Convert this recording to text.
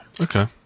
Okay